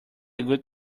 good